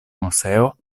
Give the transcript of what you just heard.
moseo